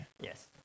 Yes